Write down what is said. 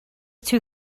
two